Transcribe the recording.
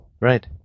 Right